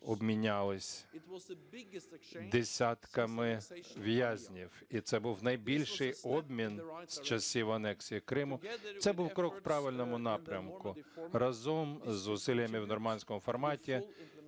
це був найбільший обмін з часів анексії Криму. Це був крок в правильному напрямку. Разом з зусиллями в "нормандському форматі"